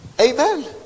amen